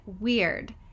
weird